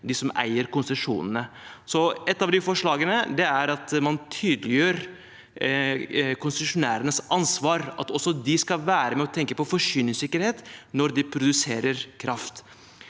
dem som eier konsesjonene. Ett av de forslagene er at man tydeliggjør konsesjonærenes ansvar, og at også de skal være med og tenke på forsyningssikkerhet når de produserer kraft.